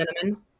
Cinnamon